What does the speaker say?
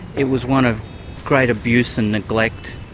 it was one of great abuse and neglect.